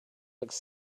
baltic